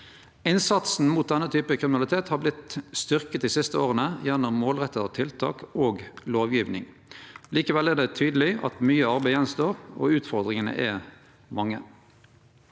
Innsatsen mot denne kriminaliteten har vorte styrkt dei siste åra gjennom målretta tiltak og lovgjeving. Likevel er det tydeleg at mykje arbeid står att, og utfordringane er mange.